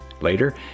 Later